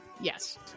Yes